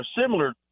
similar